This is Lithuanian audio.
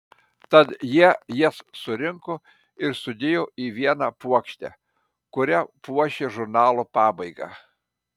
tad jie jas surinko ir sudėjo į vieną puokštę kuria puošė žurnalo pabaigą